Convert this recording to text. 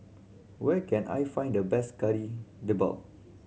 where can I find the best Kari Debal